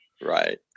Right